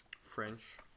French